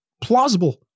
plausible